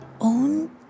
own